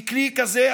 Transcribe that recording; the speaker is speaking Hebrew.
כי כלי כזה,